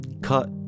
cut